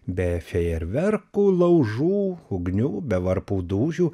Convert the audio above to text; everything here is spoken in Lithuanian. be fejerverkų laužų ugnių be varpų dūžių